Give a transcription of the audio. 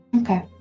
Okay